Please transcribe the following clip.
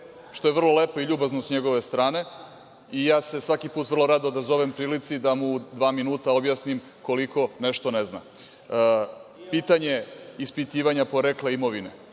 što je vrlo lepo i ljubazno s njegove strane i ja se svaki put vrlo rado odazovem prilici da mu u dva minuta objasnim koliko nešto ne znam. Pitanje ispitivanja porekla imovine